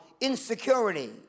insecurity